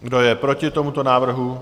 Kdo je proti tomuto návrhu?